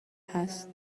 هست